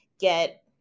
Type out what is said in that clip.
Get